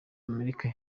amerika